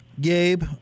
Gabe